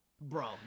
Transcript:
Bro